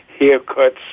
haircuts